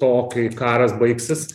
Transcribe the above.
to kai karas baigsis